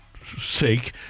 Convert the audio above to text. sake